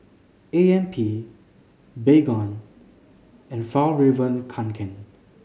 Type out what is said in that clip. A M P Baygon and Fjallraven Kanken